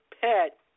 pet